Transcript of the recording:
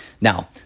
Now